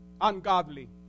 Ungodly